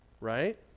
Right